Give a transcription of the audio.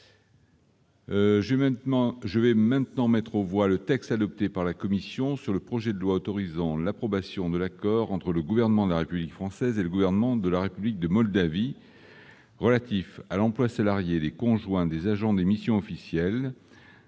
aux voix. Je mets aux voix le texte adopté par la commission sur le projet de loi autorisant l'approbation de l'accord entre le gouvernement de la République française et le gouvernement de la République de Moldavie relatif à l'emploi salarié des conjoints des agents des missions officielles